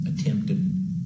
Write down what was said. attempted